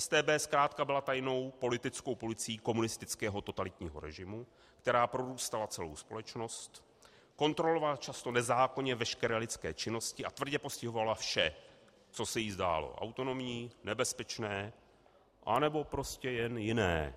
StB zkrátka byla tajnou politickou policií komunistického totalitního režimu, která prorůstala celou společnost, kontrolovala často nezákonně veškeré lidské činnosti a tvrdě postihovala vše, co se jí zdálo autonomní, nebezpečné, anebo prostě jen jiné.